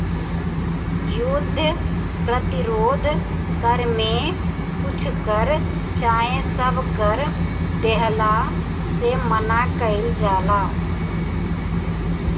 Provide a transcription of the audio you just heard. युद्ध प्रतिरोध कर में कुछ कर चाहे सब कर देहला से मना कईल जाला